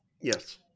Yes